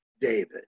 David